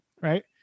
Right